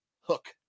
Hook